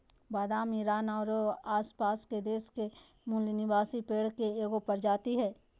बादाम ईरान औरो आसपास के देश के मूल निवासी पेड़ के एगो प्रजाति हइ